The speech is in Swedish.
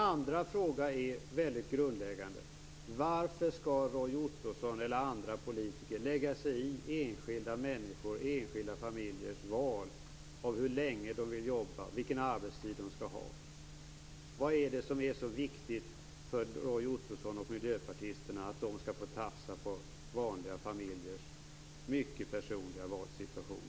Vidare har jag en grundläggande fråga: Varför skall Roy Ottosson eller andra politiker lägga sig i enskilda människors och enskilda familjers val av hur länge de vill jobba och av arbetstid? Vad är det som är så viktigt att Roy Ottosson och de andra miljöpartisterna skall få tafsa på vanliga familjers mycket personliga valsituation?